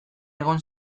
egon